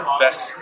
best